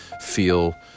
feel